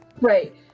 Right